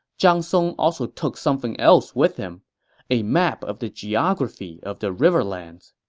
zhang song also took something else with him a map of the geography of the riverlands.